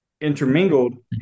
intermingled